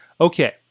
Okay